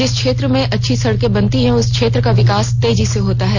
जिस क्षेत्र में अच्छी सड़के बनती हैं उस क्षेत्र का विकास तेजी से होता है